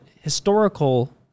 historical